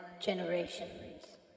generations